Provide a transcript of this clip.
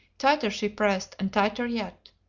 tighter she pressed, and tighter yet.